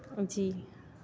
जी